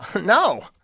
no